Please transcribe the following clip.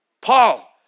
Paul